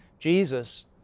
Jesus